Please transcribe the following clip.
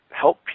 help